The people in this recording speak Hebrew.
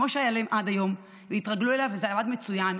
כמו שהיה להן עד היום והתרגלו אליו וזה עבד מצוין,